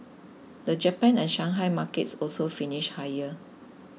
the Japan and Shanghai markets also finish higher